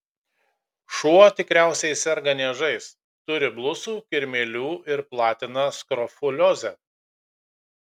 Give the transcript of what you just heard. šuo tikriausiai serga niežais turi blusų kirmėlių ir platina skrofuliozę